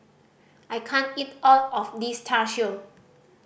I can't eat all of this Char Siu